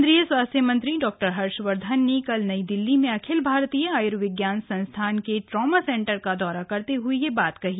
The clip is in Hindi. केन्द्रीय स्वास्थ्य मंत्री डॉ हर्षवर्धन ने कल नई दिल्ली में अखिल भारतीय आयुर्विज्ञान संस्थान के ट्रॉमा सेंटर का दौरा करते हुए यह बात कही